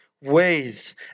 ways